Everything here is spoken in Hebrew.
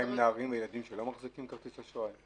מה עם נערים וילדים שלא מחזיקים כרטיס אשראי?